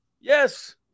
Yes